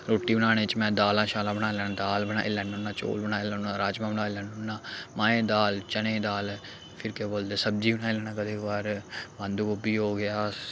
रुट्टी बनाने च में दालां शालां बनाई लैन्ना दाल बनाई लैन्ना होन्ना चौल बनाई लैना राजमांह् बनाई लैन्ना होन्ना माएं दी दाल चने दी दाल फिर केह् बोलदे सब्जी बनाई लैन्ना कदें कभार बंदगोभी हो गेआ